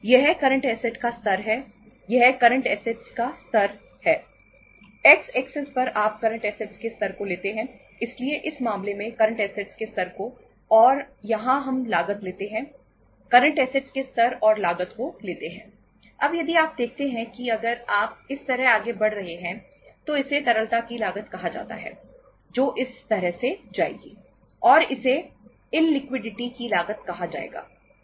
यह current assets की लागत कहा जाएगा